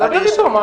תדבר איתו.